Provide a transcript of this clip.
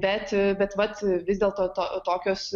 bet bet vat vis dėlto to tokios